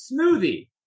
smoothie